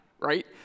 right